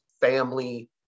family